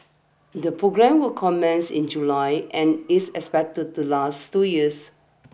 the programme will commence in July and is expected to last two years